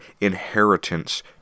inheritance